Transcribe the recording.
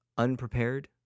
unprepared